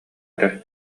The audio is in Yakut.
эрэ